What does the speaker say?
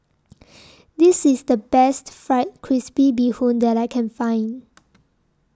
This IS The Best Fried Crispy Bee Hoon that I Can Find